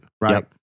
right